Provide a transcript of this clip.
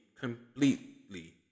completely